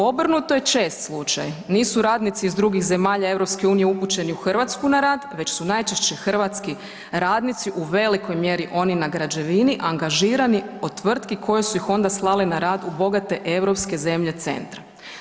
Obrnuto je čest slučaj, nisu radnici iz drugih zemalja Europske unije upućeni u Hrvatsku na rad, već su najčešće hrvatski radnici, u velikoj mjeri oni na građevini, angažirani od tvrtki koje su ih onda slale na rad u bogate europske zemlje centra.